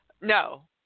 no